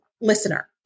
listener